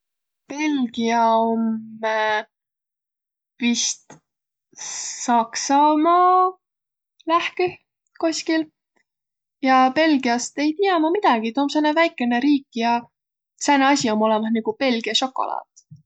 Belgiä om vist Saksamaa lähküh koskil. Ja Belgiäst ei tiiäq ma midägi, tuu om sääne väikene riik ja sääne asi om olõmah, nigu Belgiä sokolaat.